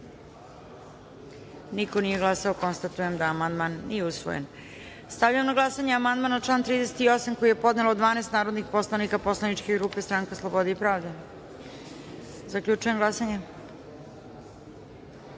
niko nije glasao. Konstatujem da amandman nije prihvaćen. Stavljam na glasanje amandman na član 38. koji je podnelo 12 narodnih poslanika poslaničke grupe Stranka slobode i pravde. Zaključujem glasanje: